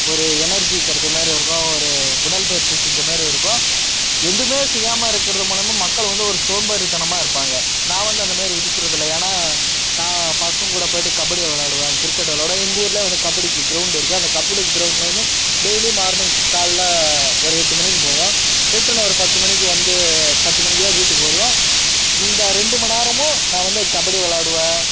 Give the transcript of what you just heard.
ஒரு எனர்ஜி கிடச்ச மாதிரி இருக்கும் ஒரு உடல்பயிற்சி செஞ்ச மாதிரி இருக்கும் எதுமே செய்யாமல் இருக்கிறது மூலிமா மக்கள் வந்து ஒரு சோம்பேறித்தனமாக இருப்பாங்க நான் வந்து அந்தமாரி இடுக்கறது இல்லை ஏன்னால் நான் பசங்ககூட போயிட்டு கபடி விளாடுவேன் கிரிக்கெட் விளாடுவேன் எங்கள் ஊரில் வந்து கபடிக்கு கிரௌண்டு இருக்குது அந்த கபடி கிரௌண்ட்டில் வந்து டெய்லி மார்னிங் காலைல ஒரு எட்டு மணிக்கு போவோம் ரிட்டர்ன் ஒரு பத்து மணிக்கு வந்து பத்து மணிக்கு தான் வீட்டுக்கு வருவோம் அந்த ரெண்டு மணிநேரமும் நான் வந்து கபடி விளாடுவேன்